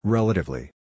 Relatively